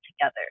together